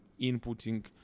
inputting